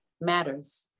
matters